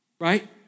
right